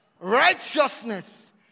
Righteousness